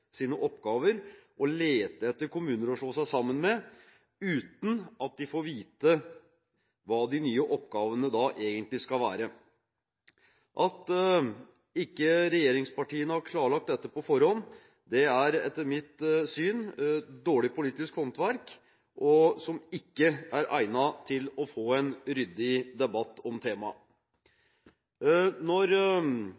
sine oppgaver og lete etter kommuner å slå seg sammen med, uten at de får vite hva de nye oppgavene egentlig skal være. At ikke regjeringspartiene har klarlagt dette på forhånd, er etter mitt syn dårlig politisk håndverk og ikke egnet til å få en ryddig debatt om temaet.